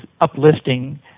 uplifting